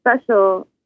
special